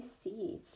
see